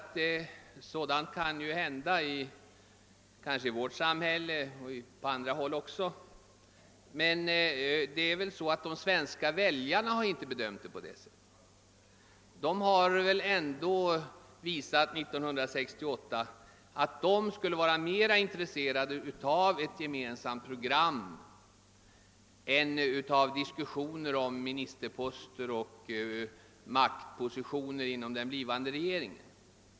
Ja, sådant kan ju hända i vårt samhälle och även på andra håll, men de svenska väljarna har inte bedömt saken på det sättet. De visade 1968 att de var mera intresserade av ett gemensamt program än av diskussioner om ministerposter och maktpositioner inom den blivande regeringen.